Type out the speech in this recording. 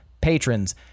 patrons